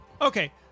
Okay